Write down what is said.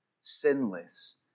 sinless